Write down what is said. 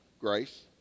grace